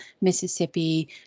Mississippi